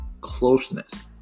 closeness